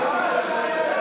למה אתה מאיים?